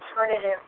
alternative